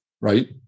right